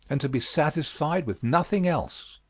and to be satisfied with nothing else.